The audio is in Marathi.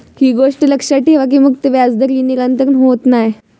ही गोष्ट लक्षात ठेवा की मुक्त व्याजदर ही निरंतर होत नाय